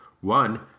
One